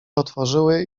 otworzyły